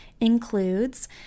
includes